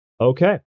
Okay